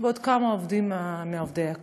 ועוד כמה עובדי כנסת.